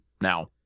now